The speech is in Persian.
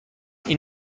این